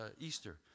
Easter